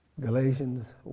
Galatians